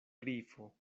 grifo